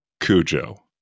Cujo